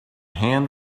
hand